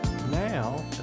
Now